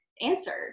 answered